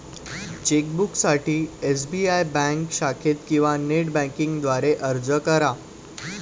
चेकबुकसाठी SBI bank शाखेत किंवा नेट बँकिंग द्वारे अर्ज करा